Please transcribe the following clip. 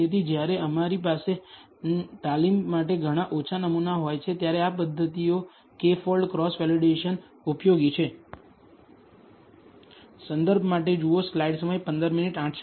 તેથી જ્યારે આપણી પાસે તાલીમ માટે ઘણા ઓછા નમૂનાઓ હોય છે ત્યારે આ પદ્ધતિઓ K ફોલ્ડ ક્રોસ વેલિડેશન ઉપયોગી છે